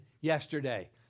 yesterday